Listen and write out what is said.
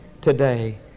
Today